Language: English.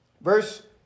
Verse